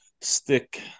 Stick